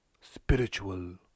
Spiritual